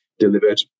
delivered